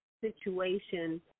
situation